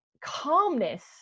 calmness